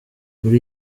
muri